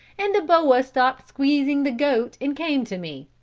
and the boa stopped squeezing the goat and came to me.